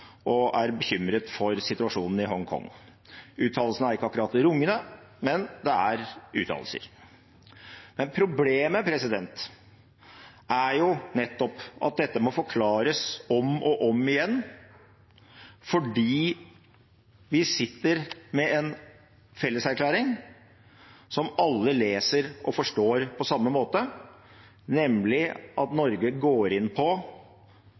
og er bekymret for situasjonen i Hongkong. Uttalelsene er ikke akkurat rungende, men det er uttalelser. Problemet er at dette må forklares om og om igjen, fordi vi sitter med en felleserklæring som alle leser og forstår på samme måte, nemlig at Norge går inn på